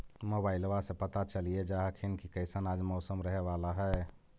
मोबाईलबा से पता चलिये जा हखिन की कैसन आज मौसम रहे बाला है?